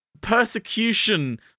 persecution